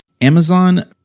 Amazon